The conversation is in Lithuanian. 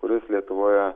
kuris lietuvoje